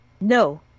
No